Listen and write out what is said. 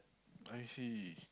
I see